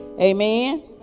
Amen